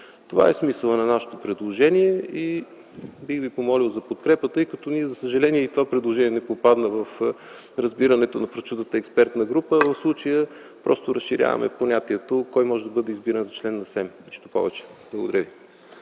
Това е смисълът на нашето предложение и бих ви помолил за подкрепа. Тъй като, за съжаление, и това предложение не попадна в разбирането на прочутата експертна група, в случая просто разширяваме понятието кой може да бъде избиран за член на СЕМ. Нищо повече. Благодаря ви.